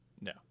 No